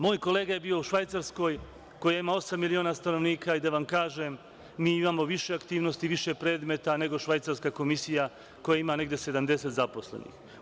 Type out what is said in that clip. Moj kolega je bio u Švajcarskoj koja ima osam miliona stanovnika, da vam kažem, mi imamo više aktivnosti, više predmeta nego švajcarska komisija koja ima negde 70 zaposlenih.